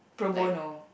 like